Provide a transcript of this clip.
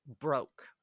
broke-